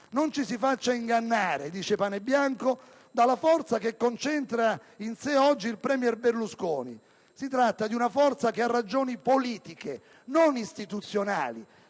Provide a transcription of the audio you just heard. Non ci si faccia ingannare» - prosegue Panebianco - «dalla forza che concentra in sé oggi il *premier* Berlusconi: si tratta di una forza che ha ragioni politiche, non istituzionali».